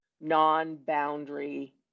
non-boundary